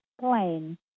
plane